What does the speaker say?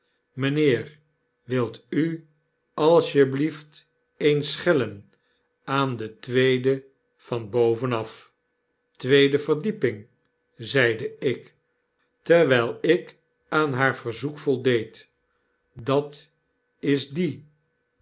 mijnheer wilt u als je blieft eens schellen aan de tweede van boven af tweede verdieping zeide ik terwjl ik aan haar verzoek voldeed dat is die